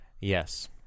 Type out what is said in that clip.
Yes